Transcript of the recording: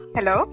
Hello